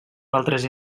d’altres